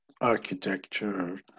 architecture